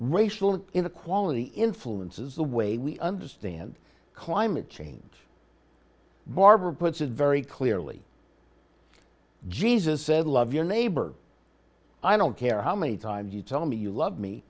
racial inequality influences the way we understand climate change and barbara puts it very clearly jesus said love your neighbor i don't care how many times you tell me you love me